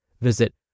Visit